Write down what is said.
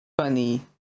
Funny